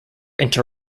inter